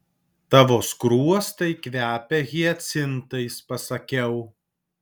tavo skruostai kvepia hiacintais pasakiau